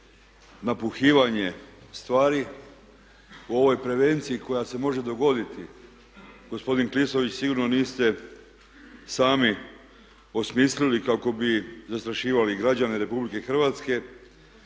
napuhivanje stvari u ovoj prevenciji koja se može dogoditi. Gospodine Klisović sigurno niste sami osmislili kako bi zastrašivali građane Republike Hrvatske